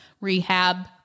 rehab